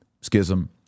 schism